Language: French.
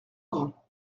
grand